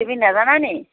তুমি নাজানা নি